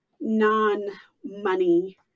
non-money